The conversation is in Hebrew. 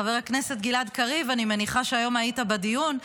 חבר הכנסת גלעד קריב, אני מניחה שהיית היום בדיון.